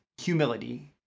humility